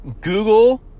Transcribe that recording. Google